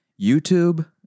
YouTube